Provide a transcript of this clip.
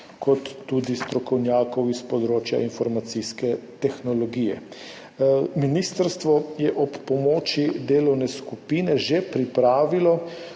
ter tudi strokovnjakov s področja informacijske tehnologije. Ministrstvo je ob pomoči delovne skupine že pripravilo